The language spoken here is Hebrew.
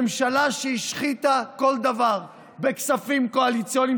ממשלה שהשחיתה כל דבר בכספים קואליציוניים,